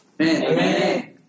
Amen